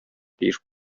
тиеш